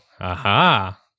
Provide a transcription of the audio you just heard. aha